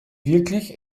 wirklich